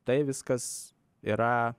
tai viskas yra